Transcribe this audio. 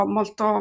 molto